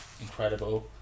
incredible